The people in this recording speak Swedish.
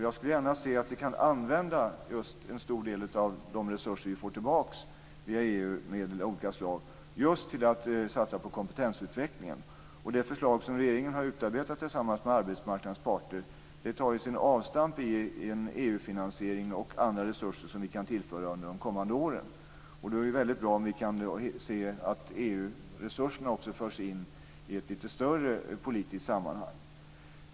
Jag skulle gärna se att vi kan använda en stor del av de resurser vi får tillbaka via EU-medel för satsningar på kompetensutveckling. Det förslag som regeringen har utarbetat tillsammans med arbetsmarknadens parter tar sitt avstamp i en EU finansiering och andra resurser som vi kan tillföra under de kommande åren. Då är det bra att vi kan se att EU-resurserna också förs in i ett lite större politiskt sammanhang.